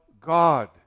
God